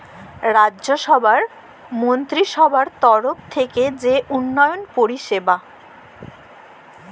রাজ্যসভার মলত্রিসভার তরফ থ্যাইকে যে উল্ল্যয়ল পরিষেবা